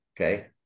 Okay